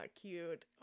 cute